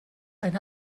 eine